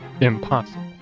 Impossible